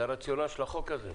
זה הרציונל של החוק הזה.